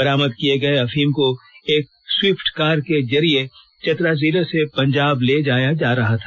बरामद किए गए अफीम को एक स्विफ्ट कार के जरिये चतरा जिले से पंजाब ले जाया जा रहा था